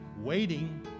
Waiting